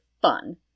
fun